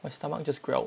my stomach just growled